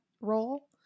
role